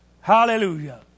Hallelujah